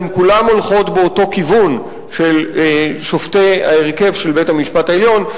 והן כולן הולכות באותו כיוון של שופטי הרוב בבית-המשפט העליון.